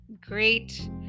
great